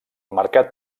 mercat